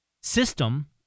system